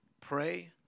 Pray